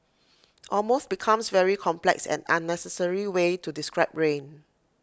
almost becomes very complex and unnecessary way to describe rain